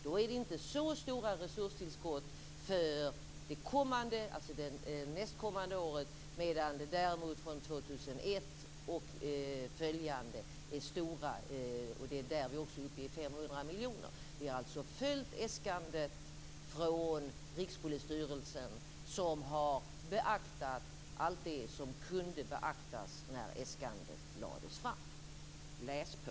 Det är inte fråga om så stora resurstillskott för det nästkommande året, medan det däremot är fråga om det från år 2001. Det är där vi är uppe i 500 miljoner kronor. Vi har följt äskandet från Rikspolisstyrelsen, som har beaktat allt det som kunde beaktas när äskandet lades fram. Läs på!